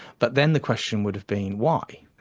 but then the question would have been why.